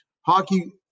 hockey